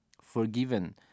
forgiven